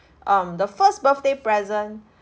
um the first birthday present